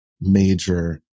major